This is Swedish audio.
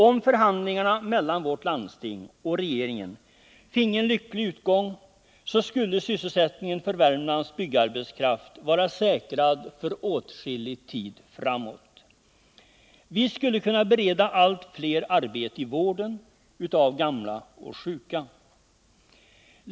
Om förhandlingarna mellan vårt landsting och regeringen finge en lycklig utgång, skulle sysselsättningen för Värmlands byggarbetskraft vara säkrad för åtskillig tid framåt. Vi skulle kunna bereda allt fler arbete i vården av gamla och sjuka.